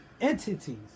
entities